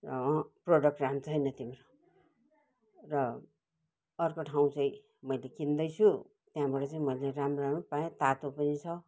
product राम्रो छैन तिम्रो र अर्को ठाउँ चाहिँ मैले किन्दैछु त्यहाँबाट चाहिँ मैले राम्रो राम्रो पाएँ तातो पनि छ